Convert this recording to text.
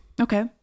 Okay